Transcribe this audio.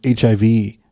HIV